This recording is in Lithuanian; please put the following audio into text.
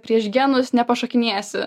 prieš genus nepašokinėsi